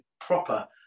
proper